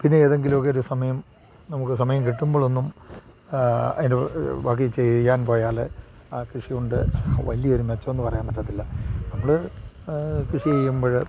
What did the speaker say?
പിന്നെ ഏതെങ്കിലും ഒക്കെ ഒരു സമയം നമുക്ക് സമയം കിട്ടുമ്പോഴൊന്നും അതിന് ബാക്കി ചെയ്യാൻ പോയാൽ ആ കൃഷി കൊണ്ട് വലിയ ഒരു മെച്ചമെന്ന് പറയാൻ പറ്റത്തില്ല നമ്മൾ കൃഷി ചെയ്യുമ്പോൾ